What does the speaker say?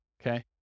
okay